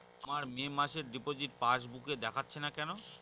আমার মে মাসের ডিপোজিট পাসবুকে দেখাচ্ছে না কেন?